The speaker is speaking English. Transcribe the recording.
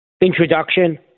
introduction